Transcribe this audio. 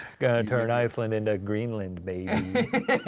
gonna turn iceland into greenland, baby.